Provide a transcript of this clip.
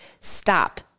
stop